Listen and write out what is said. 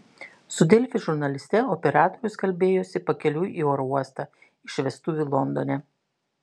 su delfi žurnaliste operatorius kalbėjosi pakeliui į oro uostą iš vestuvių londone